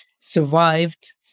survived